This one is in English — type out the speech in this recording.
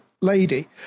lady